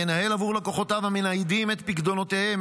ינהל עבור לקוחותיו המניידים את פיקדונותיהם,